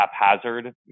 haphazard